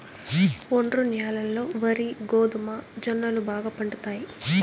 ఒండ్రు న్యాలల్లో వరి, గోధుమ, జొన్నలు బాగా పండుతాయి